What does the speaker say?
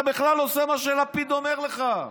אתה בכלל עושה מה שלפיד אומר לך.